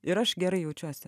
ir aš gerai jaučiuosi